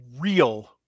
real